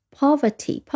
poverty